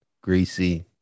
greasy